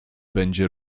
będzie